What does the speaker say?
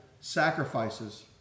sacrifices